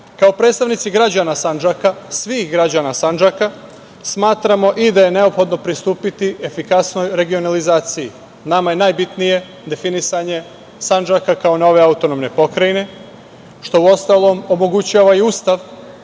predstavnici građana Sandžaka, svih građana Sandžaka, smatramo i da je neophodno pristupiti efikasnoj regionalizaciji. Nama je najbitnije definisanje Sandžaka kao nove autonomne pokrajine, što uostalom omogućava i Ustav,